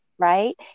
Right